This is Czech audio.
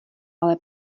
ale